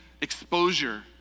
exposure